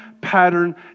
pattern